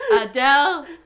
Adele